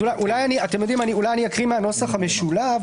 10:18) אני אקרא מהנוסח המשולב,